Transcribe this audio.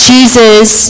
Jesus